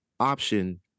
option